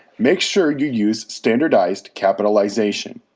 make sure you use standardized capitalization.